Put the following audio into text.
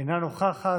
אינה נוכחת,